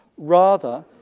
rather,